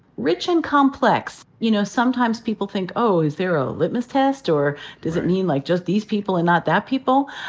rich and complex. you know, sometimes people think, oh, is there a litmus test, or does it mean, like, just these people and not that people?